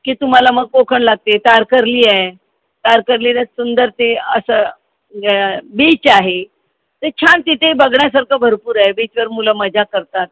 की तुम्हाला मग कोकण लागते तारकर्ली आहे तारकर्लीला सुंदर ते असं बीच आहे ते छान तिथे बघण्यासारखं भरपूर आहे बीचवर मुलं मजा करतात